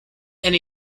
and